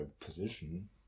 position